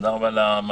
תודה רבה למציעים.